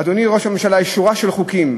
אדוני ראש הממשלה, יש שורה של חוקים,